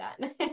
done